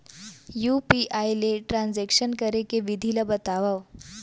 UPI ले transaction करे के विधि ला बतावव?